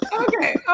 Okay